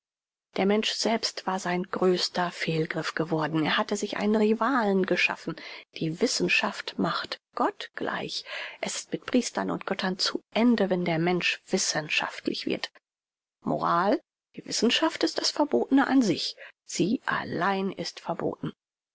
der mensch selbst war sein größter fehlgriff geworden er hatte sich einen rivalen geschaffen die wissenschaft macht gottgleich es ist mit priestern und göttern zu ende wenn der mensch wissenschaftlich wird moral die wissenschaft ist das verbotene an sich sie allein ist verboten